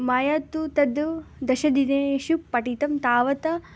मया तु तद् दशदिनेषु पठितं तावत्